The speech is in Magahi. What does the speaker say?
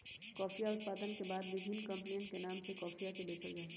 कॉफीया उत्पादन के बाद विभिन्न कमपनी के नाम से कॉफीया के बेचल जाहई